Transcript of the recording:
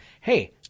hey